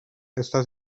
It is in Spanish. está